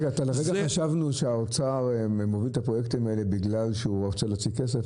לרגע חשבנו שהאוצר מוביל את הפרויקטים האלה בגלל שהוא רוצה להוציא כסף?